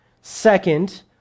Second